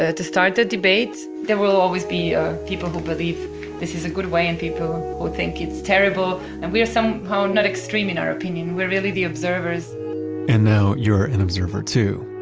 ah to start a debate. there will always be ah people who believe this is a good way and people who think it's terrible and we are somehow not extreme in our opinion. we're really the observers and now you're an observer too.